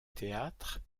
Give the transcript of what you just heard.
théâtre